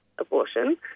abortion